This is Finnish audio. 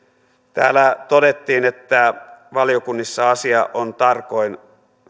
täällä todettiin että valiokunnissa asiaa on tarkoin